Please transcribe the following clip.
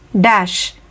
Dash